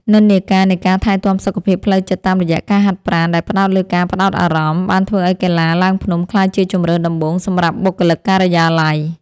និន្នាការនៃការថែទាំសុខភាពផ្លូវចិត្តតាមរយៈការហាត់ប្រាណដែលផ្ដោតលើការផ្ដោតអារម្មណ៍ បានធ្វើឱ្យកីឡាឡើងភ្នំក្លាយជាជម្រើសដំបូងសម្រាប់បុគ្គលិកការិយាល័យ។